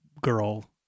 girl